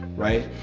right?